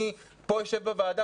אני יושב בוועדה,